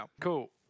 Cool